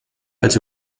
als